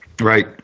right